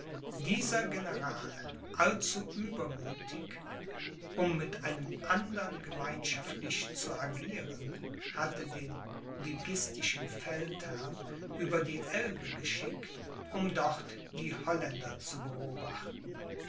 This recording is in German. dieser general allzu übermüthig um mit einem andern gemeinschaftlich zu agieren hatte den liguistischen feldherrn über die elbe geschickt um dort die holländer zu beobachten